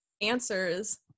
answers